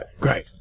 Great